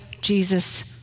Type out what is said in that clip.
Jesus